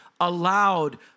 allowed